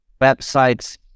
websites